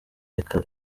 reka